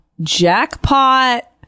Jackpot